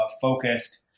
focused